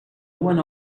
one